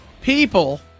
People